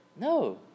No